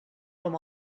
com